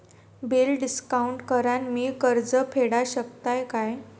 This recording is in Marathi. बिल डिस्काउंट करान मी कर्ज फेडा शकताय काय?